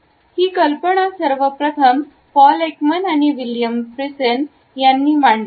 ही कल्पना सर्वप्रथम Paul Ekman आणि विल्यम फ्रिसेन यांनी मांडली